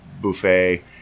buffet